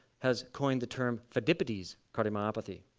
has coined the term pheidippides cardiomyopathy.